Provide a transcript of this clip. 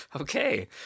okay